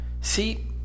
See